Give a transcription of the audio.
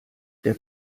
der